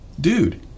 dude